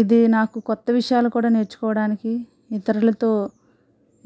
ఇది నాకు కొత్త విషయాలు కూడా నేర్చుకోవడానికి ఇతరులతో